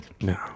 No